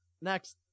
Next